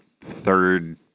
Third